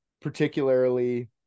particularly